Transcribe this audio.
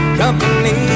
company